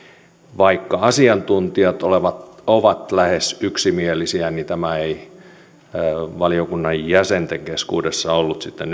vaikka asiantuntijat ovat lähes yksimielisiä valiokunnan jäsenten keskuudessa ollut sitten